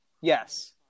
Yes